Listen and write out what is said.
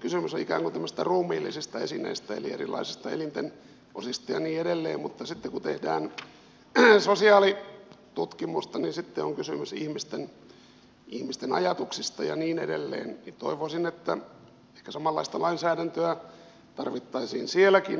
kysymys on ikään kuin tämmöisistä ruumiillisista esineistä eli erilaisista elinten osista ja niin edelleen mutta sitten kun tehdään sosiaalitutkimusta ja on kysymys ihmisten ajatuksista ja niin edelleen toivoisin että ehkä samanlaista lainsäädäntöä tarvittaisiin sielläkin